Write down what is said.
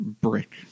brick